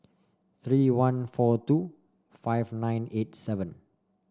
three one four two five nine eight seven